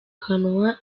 kanwa